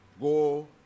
Go